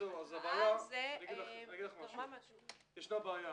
יש בעיה.